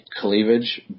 cleavage